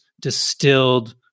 distilled